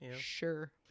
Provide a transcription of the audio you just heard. sure